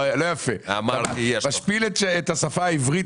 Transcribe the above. זה להשפיל את השפה העברית,